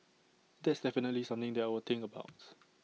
that's definitely something that I will think about